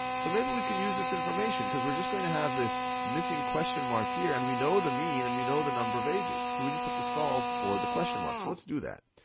so maybe we can use this information, cause we're just going to have this missing question mark here and we know the mean and we know the number of ages. so we just have to solve for the question mark. so let's do that.